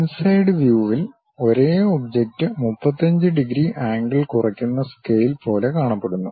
inside വ്യൂവിൽ ഒരേ object 35 degree angle കുറയ്ക്കുന്ന സ്കെയിൽ പോലെ കാണപ്പെടുന്നു